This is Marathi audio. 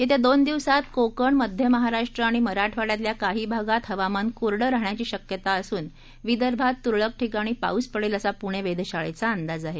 येत्या दोनदिवसात कोकण मध्य महाराष्ट्र आणि मराठवाङ्यातल्या काही भागात हवामान कोरडं राहण्याची शक्यता असूनविदर्भात तुरळक ठिकाणी पाऊस पडेल असा पुणे वेधशाळेचा अंदाज आहे